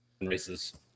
races